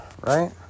right